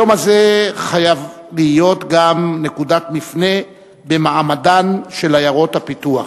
היום הזה חייב להיות גם נקודת מפנה במעמדן של עיירות הפיתוח,